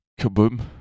kaboom